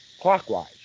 clockwise